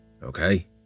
Okay